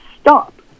stop